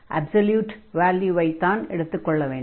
absolute வால்யுவைத்தான் எடுத்துக் கொள்ள வேண்டும்